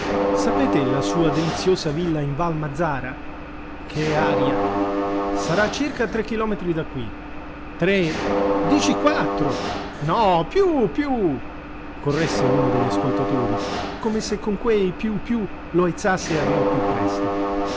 sapete la sua deliziosa villa in val mazzara che aria sarà circa a tre chilometri da qui tre dici quattro no più più corresse uno degli ascoltatori come se con quei più più lo aizzasse a dir più presto